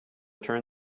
turn